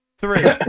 Three